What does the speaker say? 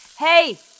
Hey